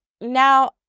now